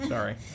Sorry